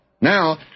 Now